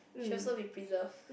should also be preserved